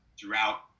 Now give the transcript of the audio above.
throughout